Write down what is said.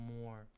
more